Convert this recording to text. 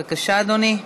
בבקשה, אדוני.